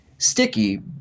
Sticky